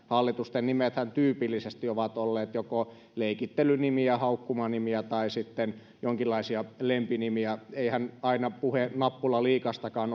hallitusten nimethän tyypillisesti ovat olleet joko leikittelynimiä haukkumanimiä tai sitten jonkinlaisia lempinimiä eihän aina puhe nappulaliigastakaan